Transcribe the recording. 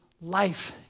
life